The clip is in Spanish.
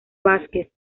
vázquez